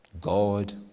God